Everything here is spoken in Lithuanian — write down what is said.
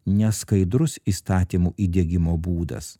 neskaidrus įstatymų įdiegimo būdas